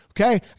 Okay